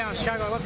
ah chicago,